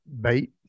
Bait